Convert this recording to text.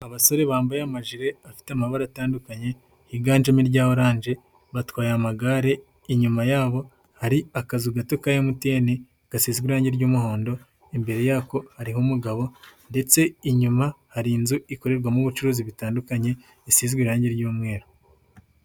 Abasore bambaye amajire afite amabara atandukanye yiganjemo irya oranje batwaye amagare, inyuma yabo hari akazu gato ka MTN gasizwe irangi ry'umuhondo, imbere yako hariho umugabo ndetse inyuma hari inzu ikorerwamo ubucuruzi butandukanye isizwe irangi ry'umweru.